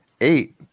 eight